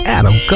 Adam